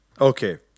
okay